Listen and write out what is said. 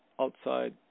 outside